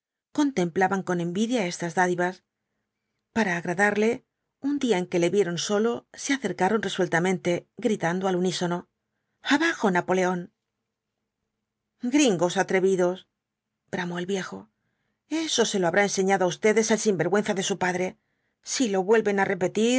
contemplaban con envidia estas dádivas para agradarle un día en que le vieron solo se acercaron resueltamente gritando al unísono abajo napoleón gringos atrevidos bramó el viejo eso se lo habrá enseñado á ustedes el sinvergüenza de su padre si lo vuelven á repetir